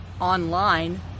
online